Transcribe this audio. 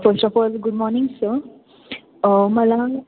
first of all good morning sir मला